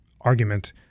argument